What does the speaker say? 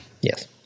Yes